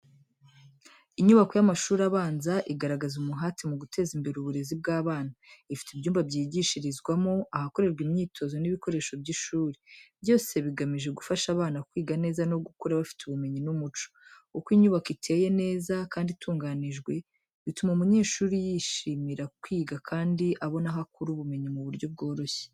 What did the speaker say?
Inyubako y’amashuri abanza, igaragaza umuhate mu guteza imbere uburezi bw’abana. Ifite ibyumba byigishirizwamo, ahakorerwa imyitozo n’ibikoresho by’ishuri, byose bigamije gufasha abana kwiga neza no gukura bafite ubumenyi n’umuco. Uko inyubako iteye neza kandi itunganijwe, bituma umunyeshuri yishimira kwiga kandi abona aho akura ubumenyi mu buryo bworoshye.